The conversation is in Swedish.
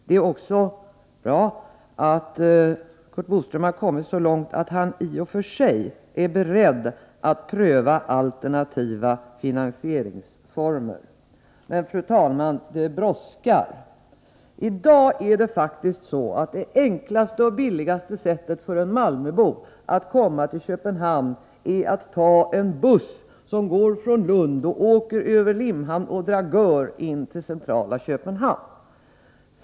Det är också bra att Curt Boström har kommit så långt att han i och för sig är beredd att pröva alternativa finansieringsformer. Men, fru talman, det brådskar. I dag är faktiskt det enklaste och billigaste sättet att komma till Köpenhamn för en malmöbo att ta en buss som går från Lund och som över Limhamn och Dragör åker in till centrala Köpenhamn.